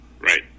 right